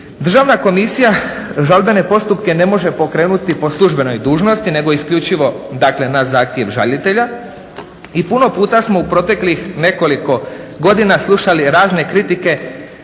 Državna komisija žalbene postupke ne može pokrenuti po službenoj dužnosti nego isključivo dakle na zahtjev žalitelja i puno puta smo u proteklih nekoliko godina slušali razne kritike